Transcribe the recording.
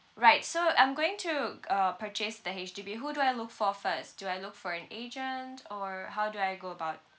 right so I'm going to uh purchase the H_D_B who do I look for first do I look for an agent or how do I go about